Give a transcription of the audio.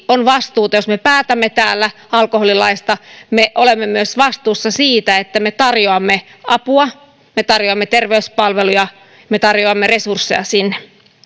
on vastuuta jos me päätämme täällä alkoholilaista me olemme myös vastuussa siitä että me tarjoamme apua me tarjoamme terveyspalveluja me tarjoamme resursseja sinne